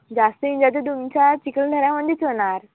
जास्तीत जास्त तुमच्या चिखलदऱ्यामध्येच होणार